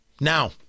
now